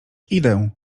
idę